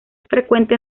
frecuente